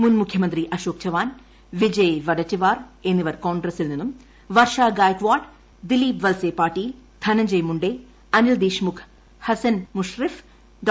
മുൻ മുഖ്യമന്ത്രി അശോക്ചവാൻ വിജയ് വടെറ്റിവാർ എന്നിവർ കോൺഗ്രസിൽ നിന്നും വർഷ ഗായിക്ക്വാഡ് ദിലീപ് വൽസേ പാട്ടീൽ ധനഞ്ജയ് മുണ്ടേ അനിൽ ദേഷ്മുഖ് ഹസൻ മുഷ്റിഫ് ഡോ